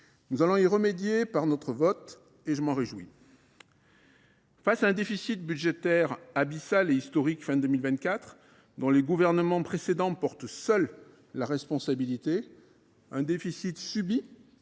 Nous allons y remédier par notre vote, et je m’en réjouis. Face à un déficit budgétaire abyssal et historique à la fin de 2024, dont les gouvernements précédents portent seuls la responsabilité, un déficit subi